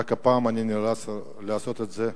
רק הפעם אני נאלץ לעשות את זה לשבועיים.